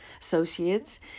associates